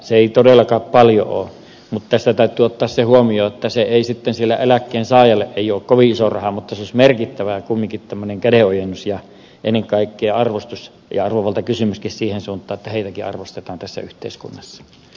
se ei todellakaan paljoa ole mutta tässä täytyy ottaa se huomioon että se ei sille eläkkeensaajalle ole kovin iso raha mutta se olisi kumminkin merkittävä kädenojennus ja ennen kaikkea arvostus ja arvovaltakysymyskin siihen suuntaan että heitäkin arvostetaan tässä yhteiskunnassa